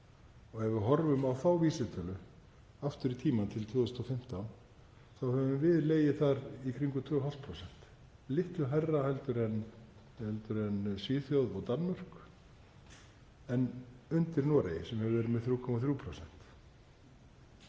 Og ef við horfum á þá vísitölu aftur í tímann, til 2015, þá höfum við legið þar í kringum 2,5%, litlu hærra en Svíþjóð og Danmörk, en undir Noregi sem hefur verið með 3,3%,